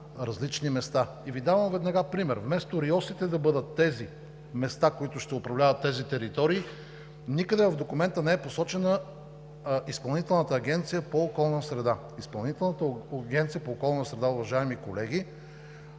по околната среда и водите да бъдат тези места, които ще управляват тези територии, никъде в документа не е посочена Изпълнителната агенция по околна среда. Изпълнителната агенция по околна среда, уважаеми колеги